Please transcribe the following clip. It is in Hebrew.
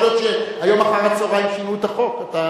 יכול להיות שהיום אחר-הצהריים שינו את החוק.